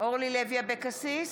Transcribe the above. אורלי לוי אבקסיס,